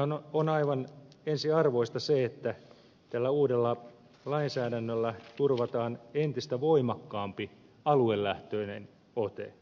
nythän on aivan ensiarvoista se että tällä uudella lainsäädännöllä turvataan entistä voimakkaampi aluelähtöinen ote